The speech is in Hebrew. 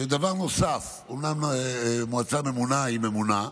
ודבר נוסף: אומנם מועצה ממונה היא ממונה,